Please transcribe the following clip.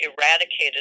eradicated